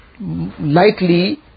likely